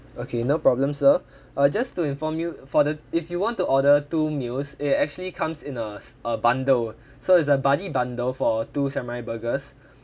okay no problem sir uh just to inform you for the if you want to order two meals it actually comes in a a bundle so it's a buddy bundle for two samurai burgers